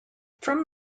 from